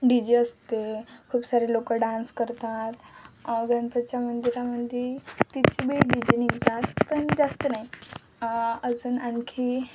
D J असते खूप सारे लोकं डान्स करतात गणपतीच्या मंदिरामध्ये तिची बी डी जे निघतात पण जास्त नाही अजून आणखी